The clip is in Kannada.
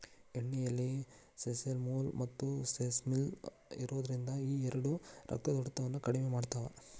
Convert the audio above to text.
ಎಳ್ಳೆಣ್ಣೆಯಲ್ಲಿ ಸೆಸಮೋಲ್, ಮತ್ತುಸೆಸಮಿನ್ ಇರೋದ್ರಿಂದ ಈ ಎರಡು ರಕ್ತದೊತ್ತಡವನ್ನ ಕಡಿಮೆ ಮಾಡ್ತಾವ